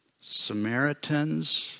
Samaritans